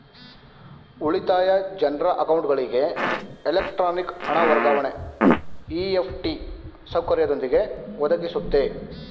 ಉಳಿತಾಯ ಜನ್ರ ಅಕೌಂಟ್ಗಳಿಗೆ ಎಲೆಕ್ಟ್ರಾನಿಕ್ ಹಣ ವರ್ಗಾವಣೆ ಇ.ಎಫ್.ಟಿ ಸೌಕರ್ಯದೊಂದಿಗೆ ಒದಗಿಸುತ್ತೆ